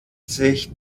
sich